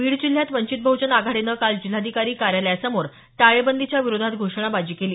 बीड जिल्ह्यात वंचित बहुजन आघाडीनं काल जिल्हाधिकारी कार्यालयासमोर टाळेबंदीच्या विराधोत घोषणाबाजी केली